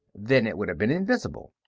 then it would have been invisible.